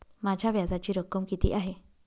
माझ्या व्याजाची रक्कम किती आहे?